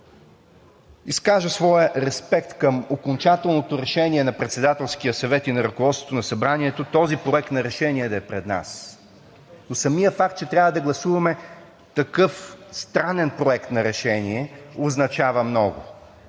изкажа своя респект към окончателното решение на Председателския съвет и на ръководството на Събранието – този проект на решение да е пред нас. Но самият факт, че трябва да гласуваме такъв странен Проект на решение означава много.